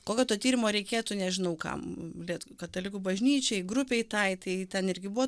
kokio to tyrimo reikėtų nežinau kam bet katalikų bažnyčiai grupei tai tai ten irgi buvo